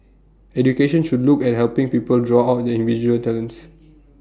education should look at helping people draw out their individual talents